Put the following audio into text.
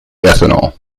ethanol